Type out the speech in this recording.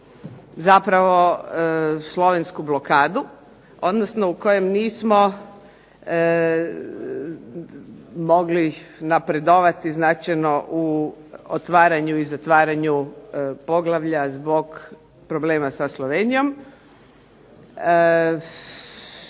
zapravo slovensku blokadu, odnosno u kojem nismo mogli napredovati značajno u otvaranju i zatvaranju poglavlja zbog problema sa Slovenijom.